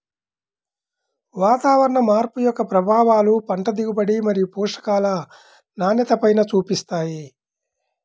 వాతావరణ మార్పు యొక్క ప్రభావాలు పంట దిగుబడి మరియు పోషకాల నాణ్యతపైన చూపిస్తాయి